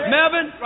Melvin